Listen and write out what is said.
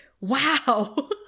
wow